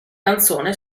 canzone